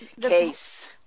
case